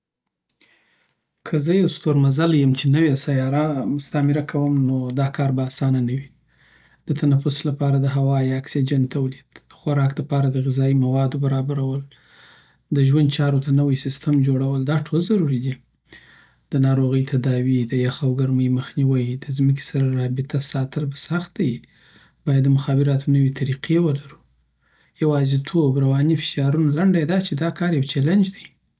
که زه یو ستورمزلی یم چې نوی سیاره مستعمره کوم نو دا کار به اسانه نه وی د تنفس لپاره دهوا یا اکسیجن تولید، دخوراک دپاره دغذایی موادو بربرول دژوند چارو ته نوی سیستم جوړول داټول ضرور دی دناروغی تداوی، دیخ او ګرمی مخنیوی، د ځمکې سره رابطه ساتل به سخته وي، باید د مخابراتو نوی طریقه ولرو. یوازیتوب او رواني فشارونه لنده یی دا چی دا کار یو چلنج دی